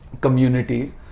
community